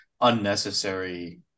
unnecessary